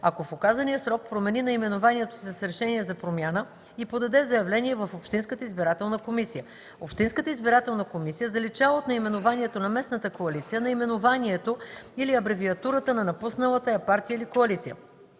ако в указания срок промени наименованието си с решение за промяна и подаде заявление в общинската избирателна комисия. Общинската избирателна комисия заличава от наименованието на местната коалиция наименованието или абревиатурата на напусналата я партия или коалиция.